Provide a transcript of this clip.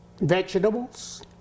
vegetables